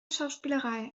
schauspielerei